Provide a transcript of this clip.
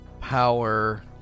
Power